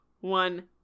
one